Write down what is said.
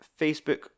Facebook